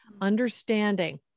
Understanding